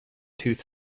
tooth